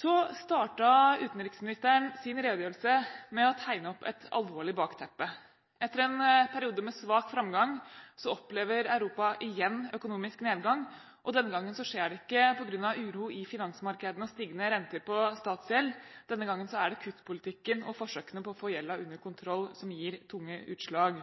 Utenriksministeren startet sin redegjørelse med å tegne opp et alvorlig bakteppe. Etter en periode med svak framgang, opplever Europa igjen økonomisk nedgang. Denne gangen skjer det ikke på grunn av uro i finansmarkedene og stigende renter på statsgjeld. Denne gangen er det kuttpolitikken og forsøkene på å få gjelda under kontroll som gir tunge utslag.